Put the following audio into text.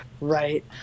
right